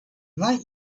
like